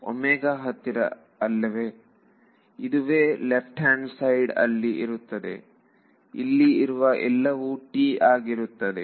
ಒಮೇಘದ ಹತ್ತಿರ ಅಲ್ಲವೇ ಇದುವೇ ಲೆಫ್ಟ್ ಹ್ಯಾಂಡ್ ಸೈಡ್ ಅಲ್ಲಿ ಇರುತ್ತದೆ ಇಲ್ಲಿ ಇರುವ ಎಲ್ಲವೂ T ಆಗಿರುತ್ತದೆ